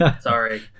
Sorry